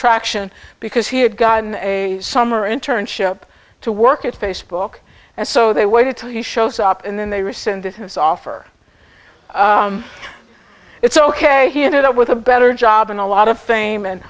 traction because he had gotten a summer internship to work at facebook and so they waited till he shows up and then they rescinded his offer it's ok he ended up with a better job and a lot of fame and